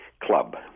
Club